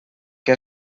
que